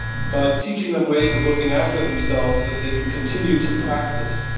but teaching them ways of looking after themselves that they can continue to practice,